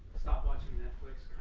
stop watching netflix